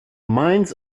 mines